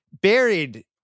buried